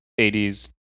80s